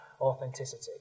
authenticity